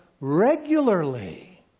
regularly